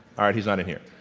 alright he's not in here.